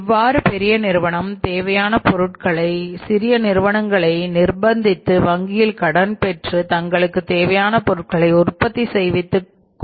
இவ்வாறு பெரிய நிறுவனம் தேவையான பொருளை சிறிய நிறுவனங்களை நிர்பந்தித்து வங்கியில் கடன் பெற்று தங்களுக்கு தேவையான பொருட்களை உற்பத்தி செய்வித்து கொள்கின்றன